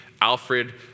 Alfred